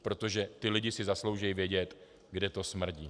Protože ti lidé si zaslouží vědět, kde to smrdí.